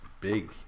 big